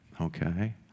okay